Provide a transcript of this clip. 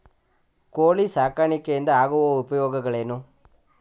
ಕೋಳಿ ಸಾಕಾಣಿಕೆಯಿಂದ ಆಗುವ ಉಪಯೋಗಗಳೇನು?